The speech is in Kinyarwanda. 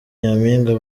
nyampinga